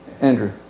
Andrew